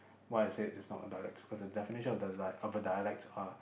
why I said it's not a dialect because the definition of the definition of a dialects are